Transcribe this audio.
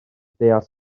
deall